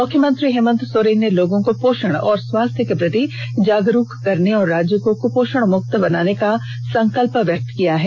मुख्यमंत्री हेमंत सोरेन ने लोगों को पोषण और स्वास्थ्य के प्रति जागरूक करने और राज्य को कपोषण मुक्त बनाने का संकल्प व्यक्त किया है